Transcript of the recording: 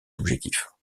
objectifs